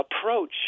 approach